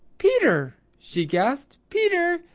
peter! she gasped. peter,